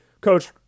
Coach